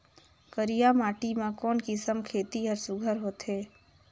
करिया माटी मा कोन किसम खेती हर सुघ्घर होथे?